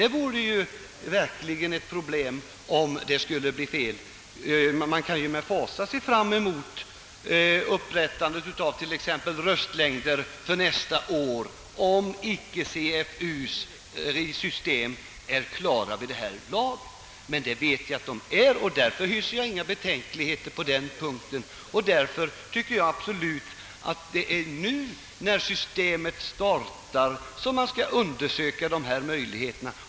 Det vore verkligen ett problem om fel skulle uppstå. Man kan med fasa se fram emot upprättandet av t.ex. röstlängder för nästa år, om CFU:s system icke är klara vid det laget. Men jag vet att systemen blir klara och hyser därför inga betänkligheter på den punkten utan hävdar bestämt att det är nu, när systemet startar som man skall undersöka möjligheterna.